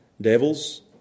Devils